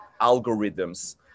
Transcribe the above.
algorithms